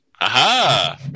Aha